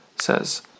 says